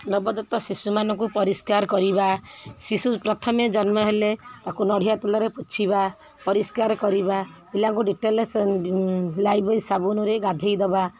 ନବଜାତ ଶିଶୁମାନଙ୍କୁ ପରିଷ୍କାର କରିବା ଶିଶୁ ପ୍ରଥମେ ଜନ୍ମ ହେଲେ ତା'କୁ ନଡ଼ିଆ ତେଲରେ ପୋଛିବା ପରିଷ୍କାର କରିବା ପିଲାଙ୍କୁ ଡ଼େଟଲ୍ରେ ଲାଇଫ୍ବଏ ସାବୁନରେ ଗାଧେଇ ଦେବା